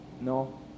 No